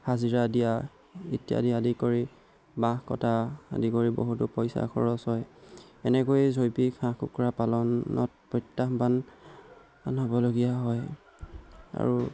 হাজিৰা দিয়া ইত্যাদি আদি কৰি বাঁহ কটা আদি কৰি বহুতো পইচা খৰচ হয় এনেকৈয়ে জৈৱিক হাঁহ কুকুৰা পালনত প্ৰত্যাহ্বান হ'বলগীয়া হয় আৰু